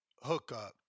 hookup